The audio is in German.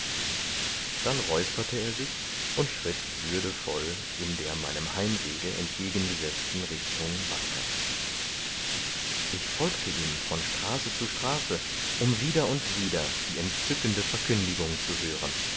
dann räusperte er sich und schritt würdevoll in der meinem heimwege entgegengesetzten richtung weiter ich folgte ihm von straße zu straße um wieder und wieder die entzückende verkündigung zu hören